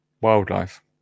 wildlife